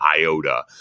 iota